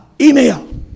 email